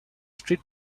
street